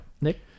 Nick